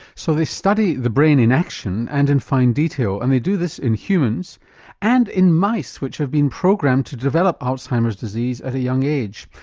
so they study the brain in action and in fine detail and they do this in humans and in mice which have been programmed to develop alzheimer's disease at a young age.